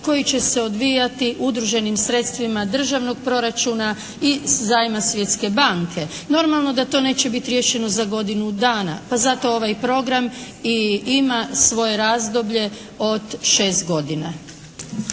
koji će se odvijati udruženim sredstvima državnog proračuna i zajma Svjetske banke. Normalno da to neće biti riješeno za godinu dana. Pa zato ovaj program i ima svoje razdoblje od šest godina.